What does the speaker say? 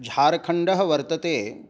झार्खण्डः वर्तते